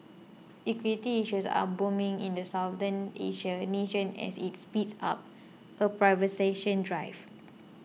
equity issues are booming in the Southeast Asian nation as it speeds up a privatisation drive